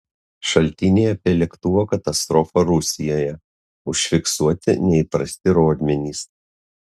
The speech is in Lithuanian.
šaltiniai apie lėktuvo katastrofą rusijoje užfiksuoti neįprasti rodmenys